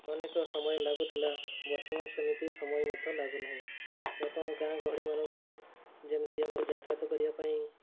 ଅନେକ ସମୟ ଲାଗୁଥିଲା ବର୍ତ୍ତମାନ ସେମିତି ସମୟ ମଧ୍ୟ ଲାଗୁନାହିଁ ବର୍ତ୍ତମାନ ଗାଁ ଗହଳି ମାନଙ୍କରେ ଯେମିତି ଆମର ଯାତାୟାତ କରିବା ପାଇଁ